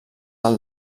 alt